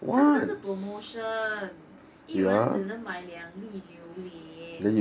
他这个是 promotion 一人只能买两粒榴莲